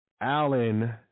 allen